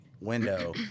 window